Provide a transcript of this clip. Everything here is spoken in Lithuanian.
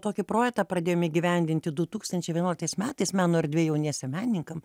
tokį projetą pradėjom įgyvendinti du tūkstančiai vienuoliktais metais meno erdvė jauniesiem meninkam